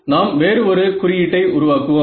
நாம் வேறு ஒரு குறியீட்டை உருவாக்குவோம்